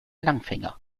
langfinger